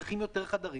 צריכים יותר חדרים.